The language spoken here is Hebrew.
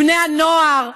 בני הנוער,